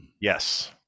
Yes